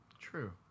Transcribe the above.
True